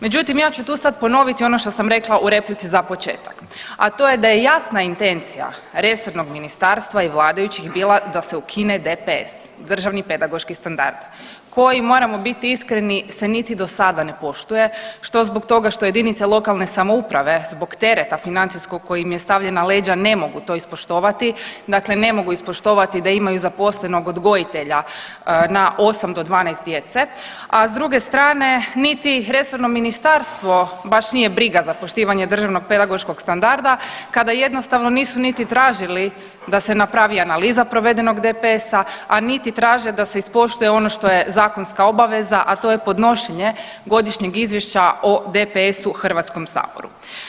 Međutim, ja ću tu sad ponoviti ono što sam rekla u replici za početak, a to je da je jasna intencija resornog ministarstva i vladajućih bila da se ukine DPS, Državni pedagoški standard koji moramo biti iskreni se niti do sada ne poštuje što zbog toga što jedinice lokalne samouprave zbog tereta financijskog koji im je stavljen na leđa ne mogu to ispoštovati, dakle ne mogu ispoštovati da imaju zaposlenog odgojitelja na 8 do 12 djece, a s druge strane niti resorno ministarstvo baš nije briga za poštivanje DPS-a kada jednostavno nisu niti tražili da se napravi analiza provedenog DPS-a, a niti traže da se ispoštuje ono što je zakonska obaveza, a to je podnošenje godišnjeg izvješća o DPS-u HS-u.